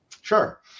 Sure